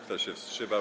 Kto się wstrzymał?